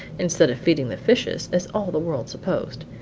instead of feeding the fishes as all the world supposed.